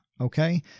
okay